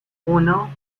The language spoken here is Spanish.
uno